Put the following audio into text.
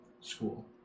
school